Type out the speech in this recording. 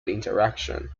interaction